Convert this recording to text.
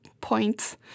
points